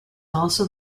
also